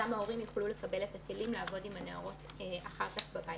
גם ההורים יוכלו לקבל את הכלים לעבוד עם הנערות אחר כך בבית.